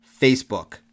Facebook